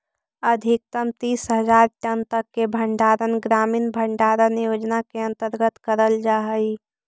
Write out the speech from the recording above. अधिकतम तीस हज़ार टन तक के भंडारण ग्रामीण भंडारण योजना के अंतर्गत करल जा हई